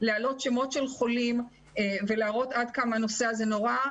להעלות שמות של חולים ולהראות עד כמה הנושא הזה נורא,